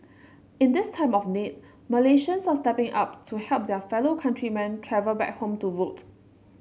in this time of need Malaysians are stepping up to help their fellow countrymen travel back home to vote